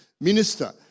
minister